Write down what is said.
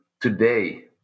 today